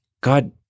God